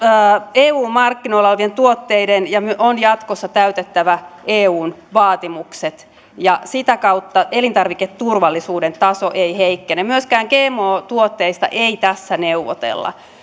eun markkinoilla olevien tuotteiden on jatkossa täytettävä eun vaatimukset ja sitä kautta elintarviketurvallisuuden taso ei heikkene myöskään gmo tuotteista ei tässä neuvotella